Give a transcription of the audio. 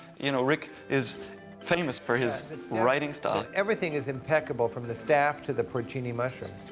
you know, rick is famous for his writing style. everything is impeccable, from the staff to the porcini mushrooms.